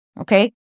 okay